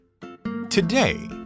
Today